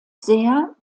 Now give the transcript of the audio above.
sehr